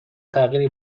تغییری